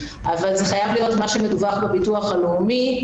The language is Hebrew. אבל זה חייב להיות מה שמדווח בביטוח הלאומי,